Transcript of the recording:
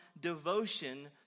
devotion